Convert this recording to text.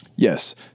Yes